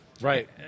right